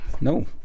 No